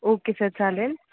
okay sir चालेल